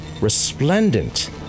resplendent